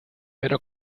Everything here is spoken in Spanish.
pero